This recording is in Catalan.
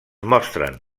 mostren